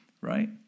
right